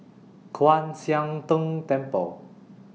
Kwan Siang Tng Temple